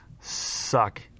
Suck